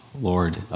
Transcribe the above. Lord